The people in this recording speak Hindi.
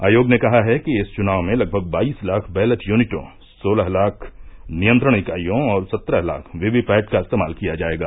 आयोग ने कहा है कि इस चुनाव में लगभग बाईस लाख बैलेट यूनियों सोलह लाख नियंत्रण इकाईयों और सत्रह लाख वीवीपैट का इस्तेमाल किया जाएगा